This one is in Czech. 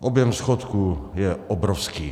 Objem schodku je obrovský.